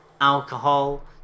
alcohol